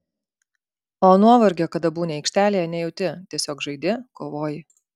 o nuovargio kada būni aikštelėje nejauti tiesiog žaidi kovoji